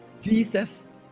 jesus